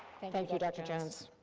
thank you dr. jones.